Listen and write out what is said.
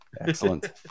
excellent